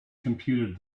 computed